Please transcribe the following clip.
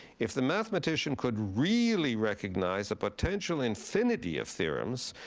if the mathematician could really recognize the potential infinity of theorems,